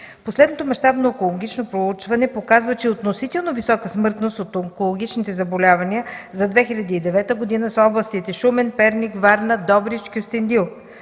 Последното мащабно онкологично проучване показва, че с относително висока смъртност от онкологични заболявания за 2009 г. са областите Шумен, Перник, Варна, Добрич, Кюстендил.